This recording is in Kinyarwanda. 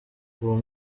uwo